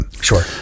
Sure